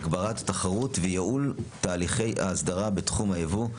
הגברת תחרות וייעול תהליכי ההסדרה בתחום הייבוא,